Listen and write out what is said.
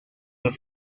los